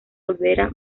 olvera